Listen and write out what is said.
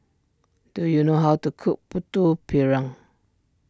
do you know how to cook Putu Piring